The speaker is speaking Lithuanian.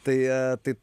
tai tai